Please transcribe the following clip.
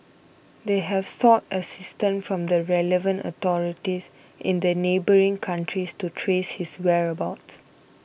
they have sought assistance from the relevant authorities in the neighbouring countries to trace his whereabouts